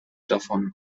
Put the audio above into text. davon